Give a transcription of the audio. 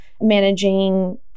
managing